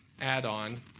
add-on